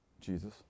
Jesus